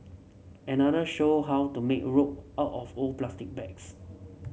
another showed how to make rope out of old plastic bags